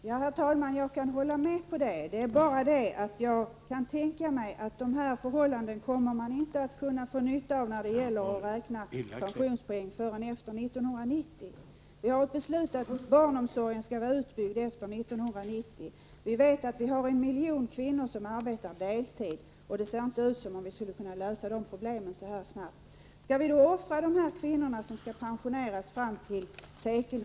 Herr talman! Jag kan hålla med om det sista. Men när det gäller att räkna pensionspoäng kan det tänkas att man inte kan dra nytta av dessa förhållanden förrän efter 1990. Vi har ett beslut om att barnomsorgen skall vara utbyggd till 1990. Vi vet att vi har en miljon kvinnor som arbetar deltid. Det ser inte ut som om problemet skulle kunna lösas så snabbt. Skall vi då först offra de kvinnor som kommer att pensioneras fram till sekelskiftet, så att de bara skall leva på folkpension och pensionstillskott?